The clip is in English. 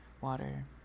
water